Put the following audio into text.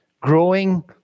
growing